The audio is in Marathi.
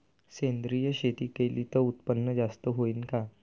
सेंद्रिय शेती केली त उत्पन्न जास्त होईन का?